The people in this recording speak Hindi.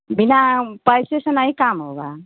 बिना पैसे से नहीं काम होगा